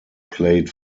played